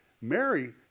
Mary